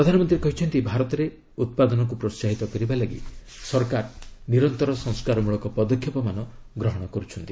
ପ୍ରଧାନମନ୍ତ୍ରୀ କହିଛନ୍ତି ଭାରତରେ ଉତ୍ପାଦନକୁ ପ୍ରୋହାହିତ କରିବା ଲାଗି ସରକାର ନିରନ୍ତର ସଂସ୍କାରମଳକ ପଦକ୍ଷେପମାନ ଗ୍ରହଣ କରୁଛନ୍ତି